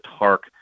Tark